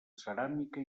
ceràmica